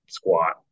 squat